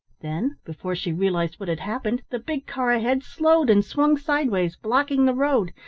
then, before she realised what had happened, the big car ahead slowed and swung sideways, blocking the road,